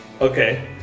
Okay